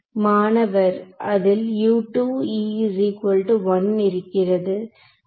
மாணவர் அதில் இருக்கிறது